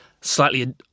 slightly